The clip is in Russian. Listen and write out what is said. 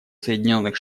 соединенных